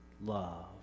love